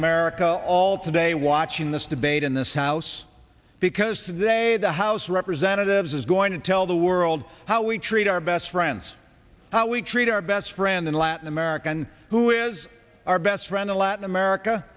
america all today watching this debate in this house because today the house of representatives is going to tell the world how we treat our best friends how we treat our best friend in latin america and who is our best friend in latin america